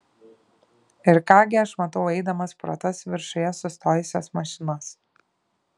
ir ką gi aš matau eidamas pro tas viršuje sustojusias mašinas